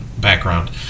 background